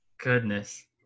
Goodness